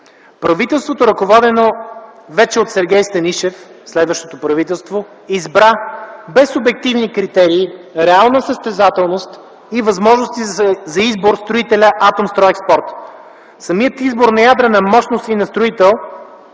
Правителството, ръководено вече от Сергей Станишев – следващото правителство, избра без обективни критерии, реална състезателност и възможности за избор строителя „Атомстройекспорт”. Самият избор на ядрена мощност и на строител